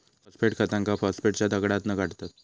phosphate खतांका फॉस्फेटच्या दगडातना काढतत